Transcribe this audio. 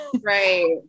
Right